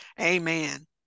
amen